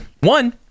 one